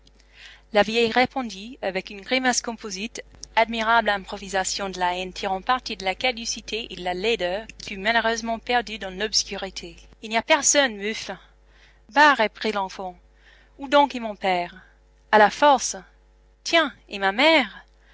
la vieille répondit avec une grimace composite admirable improvisation de la haine tirant parti de la caducité et de la laideur qui fut malheureusement perdue dans l'obscurité il n'y a personne mufle bah reprit l'enfant où donc est mon père à la force tiens et ma mère